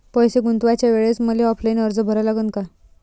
पैसे गुंतवाच्या वेळेसं मले ऑफलाईन अर्ज भरा लागन का?